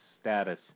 status